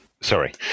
Sorry